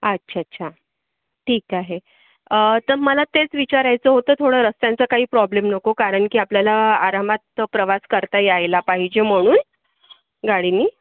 अच्छा च्छा ठीक आहे तर मला तेच विचारायचं होतं थोडं रस्त्यांचं काही प्रॉब्लेम नको कारण की आपल्याला आरामात प्रवास करता यायला पाहिजे म्हणून गाडीनी